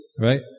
right